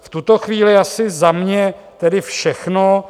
V tuto chvíli asi za mě tedy všechno.